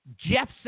Jeff